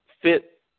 fit